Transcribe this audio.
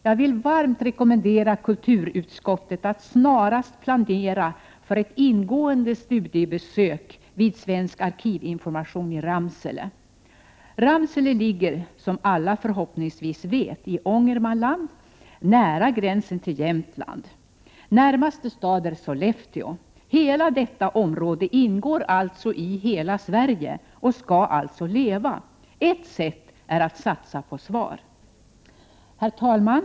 Jag vill varmt rekommendera kulturutskottet att snarast planera för ett ingående studiebesök vid Svensk arkivinformation i Ramsele. Ramsele ligger, som alla förhoppningsvis vet, i Ångermanland, nära gränsen till Jämtland. Närmaste stad är Sollefteå. Hela detta område ingår i ”Hela Sverige” och skall alltså leva. Ett sätt är att satsa på SVAR! Herr talman!